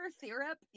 syrup